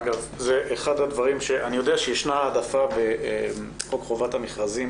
אגב, אני יודע שישנה העדפה בחוק חובת המכרזים